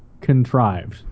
contrived